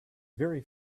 very